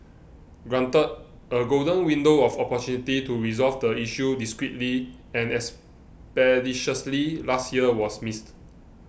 granted a golden window of opportunity to resolve the issue discreetly and expeditiously last year was missed